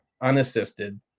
unassisted